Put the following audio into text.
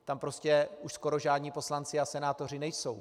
Tam prostě už skoro žádní poslanci a senátoři nejsou.